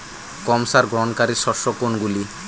কম সার গ্রহণকারী শস্য কোনগুলি?